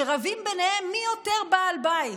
שרבים ביניהם מי יותר בעל בית,